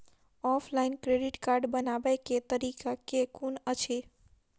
Offline credit card बनाबै केँ तरीका केँ कुन अछि?